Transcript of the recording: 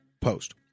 post